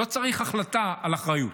לא צריך החלטה על אחריות.